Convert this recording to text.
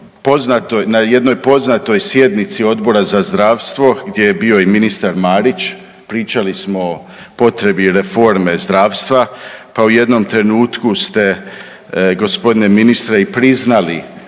Na jednoj poznatoj sjednici Odbora za zdravstvo gdje je bio i ministar Marić pričali smo o potrebi reforme zdravstva, pa u jednom trenutku ste g. ministre i priznali